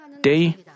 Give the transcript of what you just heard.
day